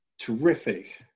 terrific